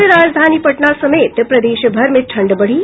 और राजधनी पटना समेत प्रदेश भर में ठंड बढी